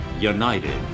united